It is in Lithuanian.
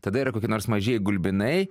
tada yra kokie nors mažieji gulbinai